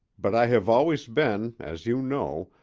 but i have always been, as you know,